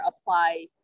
apply